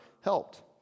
helped